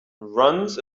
runs